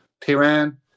Tehran